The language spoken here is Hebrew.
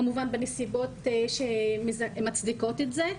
כמובן בנסיבות שמצדיקות את זה.